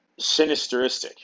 sinisteristic